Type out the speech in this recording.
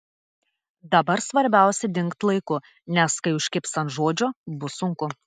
dabar svarbiausia dingt laiku nes kai užkibs ant žodžio bus sunku